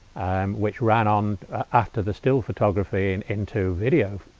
which ran on after the still photography and into video?